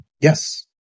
Yes